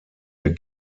der